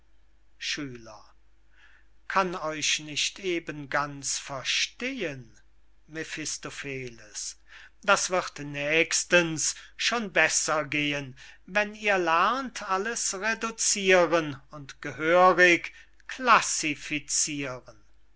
schüler kann euch nicht eben ganz verstehen mephistopheles das wird nächstens schon besser gehen wenn ihr lernt alles reduciren und gehörig